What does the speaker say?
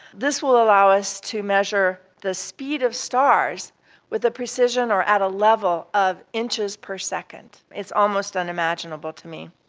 this will allow us to measure the speed of stars with a precision or at a level of inches per second. it's almost unimaginable to me.